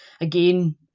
again